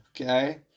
Okay